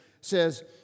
says